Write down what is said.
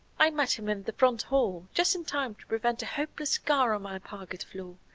i met him in the front hall just in time to prevent a hopeless scar on my parquet floor.